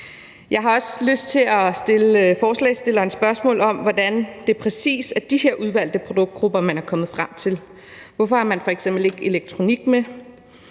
Jeg har også lyst til at stille forslagsstilleren spørgsmål om, hvordan det præcis er de her udvalgte produktgrupper, man er kommet frem til. Hvorfor har man f.eks. ikke elektronik med?